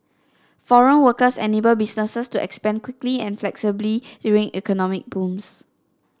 foreign workers enable businesses to expand quickly and flexibly during economic booms